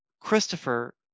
Christopher